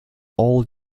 all